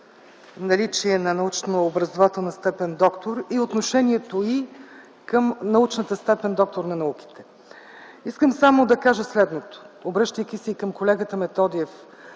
наличие на научно-образователна степен „доктор” и отношението й към научната степен „доктор на науките”. Искам само да кажа следното, обръщайки се и към колегата Методиев.